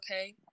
okay